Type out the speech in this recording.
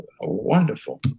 wonderful